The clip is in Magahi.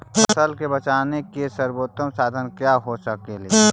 फसल के बेचने के सरबोतम साधन क्या हो सकेली?